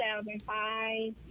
2005